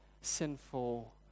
sinful